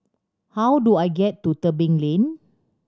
how do I get to Tebing Lane